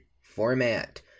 format